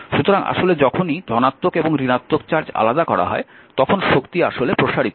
সুতরাং আসলে যখনই ধনাত্মক এবং ঋণাত্মক চার্জ আলাদা করা হয় তখন শক্তি আসলে প্রসারিত হয়